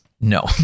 No